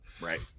right